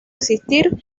existir